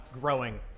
growing